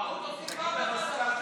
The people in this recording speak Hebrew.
טעות עושים פעם אחת.